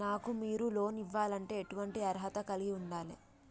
నాకు మీరు లోన్ ఇవ్వాలంటే ఎటువంటి అర్హత కలిగి వుండాలే?